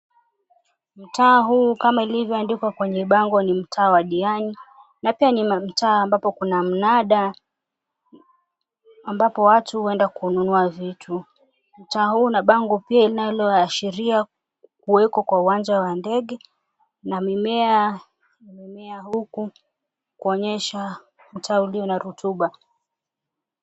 Mtaa huu kama ilivyoandikwa kwenye bango ni mtaa wa Diani na pia ni mtaa ambapo kuna mnada ambapo watu uenda kununua vitu. Mtaa huu una bango pia unaoashiria kuweko kwa uwanja wa ndege na mimea imemea huku kuonyesha mtaa ulio na rutuba.